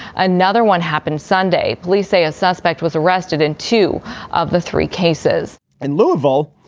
another one happened sunday. police say a suspect was arrested and two of the three cases in louisville,